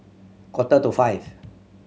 quarter to five